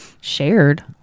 shared